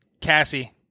Cassie